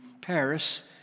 Paris